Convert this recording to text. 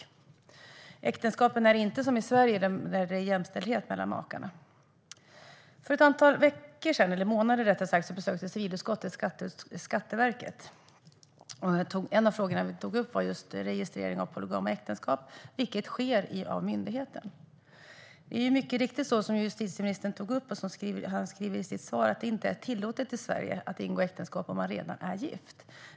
Dessa äktenskap bygger inte, som i Sverige, på jämställdhet mellan makarna. För ett antal månader sedan besökte civilutskottet Skatteverket. En av frågorna vi tog upp var registreringen av polygama äktenskap, vilket sker av myndigheten. Det är mycket riktigt så som justitieministern säger i sitt svar att det inte tillåtet i Sverige att ingå äktenskap om man redan är gift.